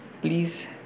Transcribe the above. please